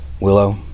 Willow